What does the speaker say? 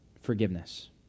forgiveness